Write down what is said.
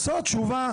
זאת תשובה.